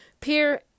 Peer